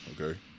okay